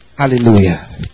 Hallelujah